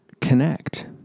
connect